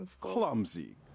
clumsy